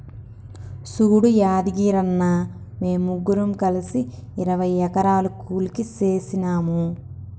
సూడు యాదగిరన్న, మేము ముగ్గురం కలిసి ఇరవై ఎకరాలు కూలికి సేసినాము